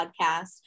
podcast